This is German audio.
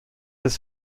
des